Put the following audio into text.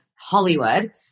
Hollywood